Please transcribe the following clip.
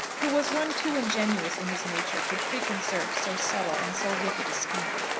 who was one too ingenuous in his nature to preconcert so subtle and so wicked a scheme.